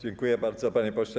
Dziękuję bardzo, panie pośle.